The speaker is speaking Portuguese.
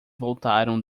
voltaram